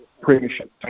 premiership